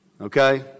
Okay